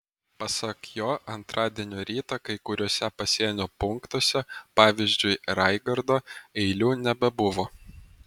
pasak jo antradienio rytą kai kuriuose pasienio punktuose pavyzdžiui raigardo eilių nebebuvo